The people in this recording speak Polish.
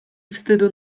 wstydu